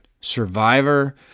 Survivor